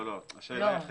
לא, השאלה היא אחרת.